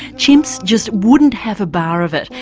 chimps just wouldn't have a bar of it.